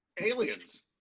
Aliens